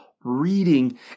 reading